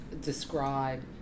describe